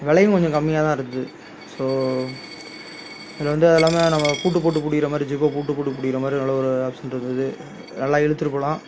விலையும் கொஞ்சம் கம்மியாக தான் இருக்கு ஸோ இதில் வந்து எல்லாமே நம்ம பூட்டு போட்டு பூட்டிக்கிற மாதிரி ஜிப்பை பூட்டு போட்டு பூட்டிக்கிற மாதிரி நல்ல ஒரு ஆப்ஷன் இருந்துது நல்லா இழுத்துகிட்டு போகலாம்